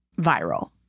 viral